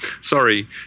Sorry